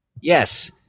Yes